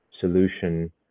solution